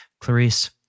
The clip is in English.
Clarice